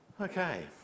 okay